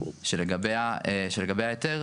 שלגבי ההיתר,